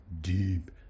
deep